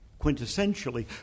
quintessentially